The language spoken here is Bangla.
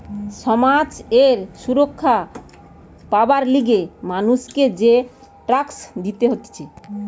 সমাজ এ সুরক্ষা পাবার লিগে মানুষকে যে ট্যাক্স দিতে হতিছে